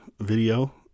video